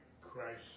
Christ